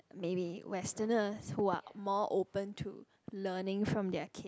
maybe Westerners who are more open to learning from their kid